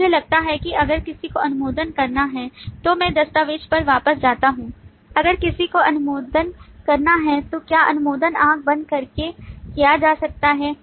अब मुझे लगता है कि अगर किसी को अनुमोदन करना है तो मैं दस्तावेज़ पर वापस जाता हूं अगर किसी को अनुमोदन करना है तो क्या अनुमोदन आँख बंद करके किया जा सकता है